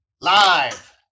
Live